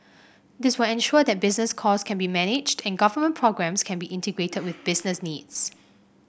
this will ensure that business costs can be managed and government programmes can be integrated with business needs